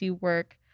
work